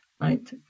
right